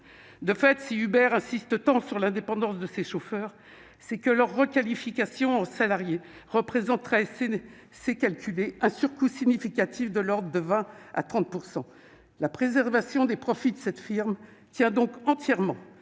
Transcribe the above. De fait, si Uber insiste tant sur l'indépendance de ses chauffeurs, c'est que leur requalification en salariés représenterait un surcoût significatif de l'ordre de 20 % à 30 %. La préservation des profits de cette firme tient donc entièrement